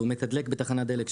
מתדלק בתחנת דלק,